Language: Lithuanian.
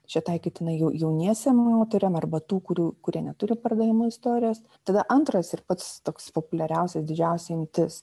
čia taikytina jau jauniesiem tai yra arba tų kurių kurie neturi pardavimo istorijos tada antras ir pats toks populiariausias didžiausia imtis